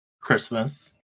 Christmas